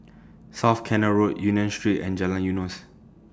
South Canal Road Union Street and Jalan Eunos